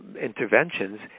interventions